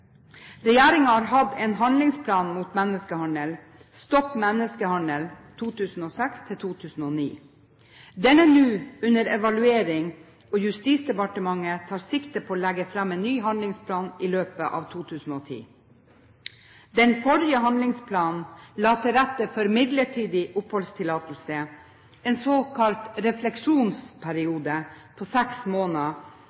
har hatt en handlingsplan mot menneskehandel, «Stopp menneskehandelen» for 2006–2009. Den er nå under evaluering, og Justisdepartementet tar sikte på å legge fram en ny handlingsplan i løpet av 2010. Den forrige handlingsplanen la til rette for midlertidig oppholdstillatelse, en såkalt